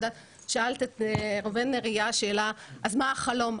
שאלת את ראובן נריה שאלה, אז מה החלום.